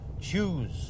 choose